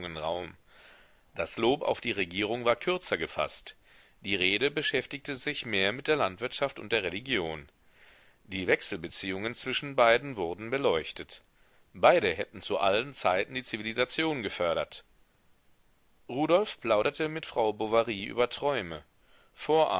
raum das lob auf die regierung war kürzer gefaßt die rede beschäftigte sich mehr mit der landwirtschaft und der religion die wechselbeziehungen zwischen beiden wurden beleuchtet beide hätten zu allen zeiten die zivilisation gefördert rudolf plauderte mit frau bovary über träume